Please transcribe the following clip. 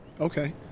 Okay